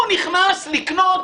הוא נכנס לקנות